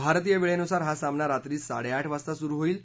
भारतीय वेळेनुसार हा सामना रात्री साडेआठ वाजता सुरू होईल